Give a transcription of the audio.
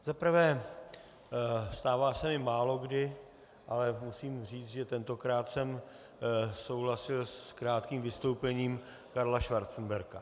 Za prvé, stává se mi málokdy, ale musím říct, že tentokrát jsem souhlasil s krátkým vystoupením Karla Schwarzenbergra.